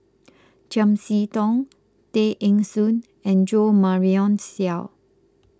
Chiam See Tong Tay Eng Soon and Jo Marion Seow